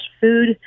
food